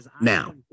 Now